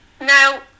Now